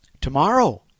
tomorrow